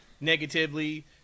negatively